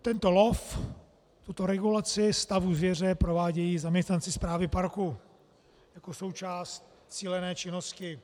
Tento lov, tuto regulaci stavu zvěře, provádějí zaměstnanci správy parku jako součást cílené činnosti.